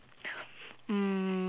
um